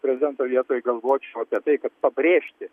prezidento vietoj galvočiau apie tai kad pabrėžti